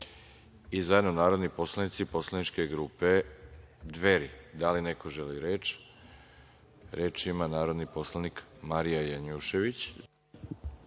i zajedno narodni poslanici poslaničke grupe Dveri. Da li neko želi reč? Da. Reč ima narodni poslanik Marija Janjušević.